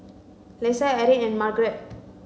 Lesa Erin and Margaret